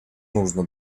нужно